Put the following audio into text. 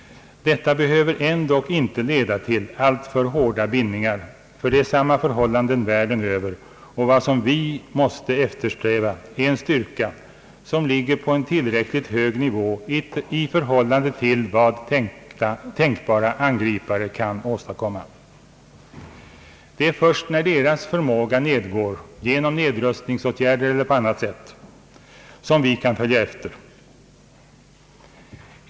Detta behöver ändock inte leda till alltför hårda bindningar, ty det är samma förhållande världen över, och vad som vi måste eftersträva är en styrka som ligger på en tillräckligt hög nivå i förhållande till vad tänkbara angripare kan åstadkomma. Det är först när deras förmåga nedgår genom nedrustningsåtgärder eller på annat sätt som vi kan följa efter.